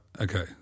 okay